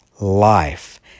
life